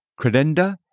credenda